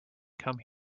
come